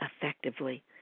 effectively